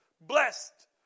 blessed